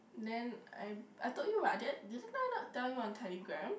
then I I told you what didn't I not tell you on Telegram